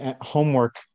homework